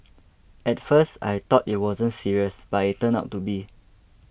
at first I thought it wasn't serious but it turned out to be